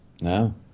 No